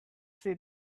city